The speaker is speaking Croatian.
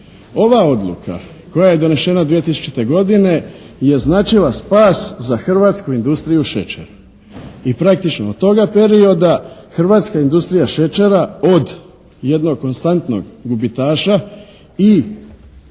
Ova odluka koja je donešena 2000. godine je značila spas za hrvatsku industriju šećera i praktično od toga perioda hrvatska industrija šećera od jednog konstantnog gubitaša i